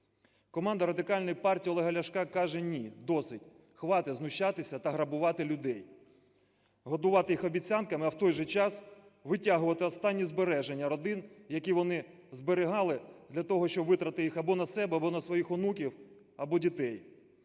Команда Радикальної партії Олега Ляшка каже: "Ні, досить. Хватить знущатися та грабувати людей. Годувати їх обіцянками, а в той же час витягувати останні збереження родин, які вони зберігали для того, щоб витратити їх або на себе, або на своїх онуків, або дітей.